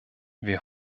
wir